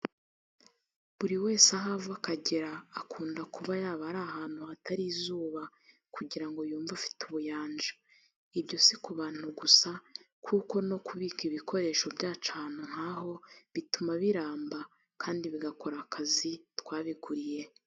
Buri wese aho ava akagera akunda kuba yaba ari ahantu hatari izuba kugira ngo yumve afite ubuyanja. Ibyo si ku bantu gusa kuko no kubika ibikoresho byacu ahantu nk'aho bituma biramba kandi bigakora akazi twabiguriye.